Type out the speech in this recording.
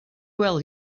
well